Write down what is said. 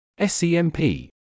SCMP